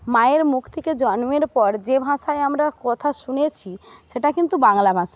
মায়ের মুখ থেকে জন্মের পর যে ভাষায় আমরা কথা শুনেছি সেটা কিন্তু বাংলা ভাষা